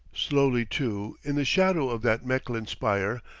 slowly, too, in the shadow of that mechlin spire,